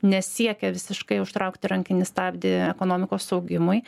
nesiekia visiškai užtraukti rankinį stabdį ekonomikos augimui